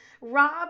Rob